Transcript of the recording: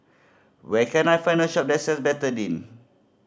where can I find a shop that sells Betadine